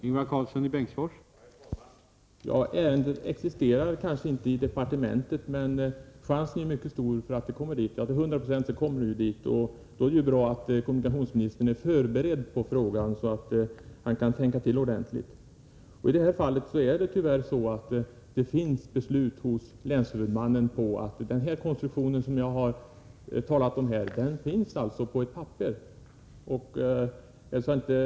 Herr talman! Ärendet existerar kanske inte i departementet, men det är 100 96 chans att det kommer dit. Då är det ju bra att kommunikationsministern är förberedd på frågan, så att han kan tänka till ordentligt. I det här fallet är det tyvärr så, att den konstruktion som jag har talat om finns på ett papper hos länshuvudmannen.